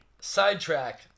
Sidetrack